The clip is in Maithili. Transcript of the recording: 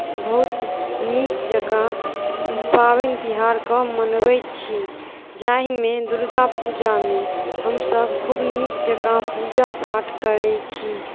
बहुत नीक जकाँ पाबनि तिहारकेँ मनबैत छी जाहिमे दुर्गापूजामे हमसभ खूब नीक जकाँ पूजा पाठ करैत छी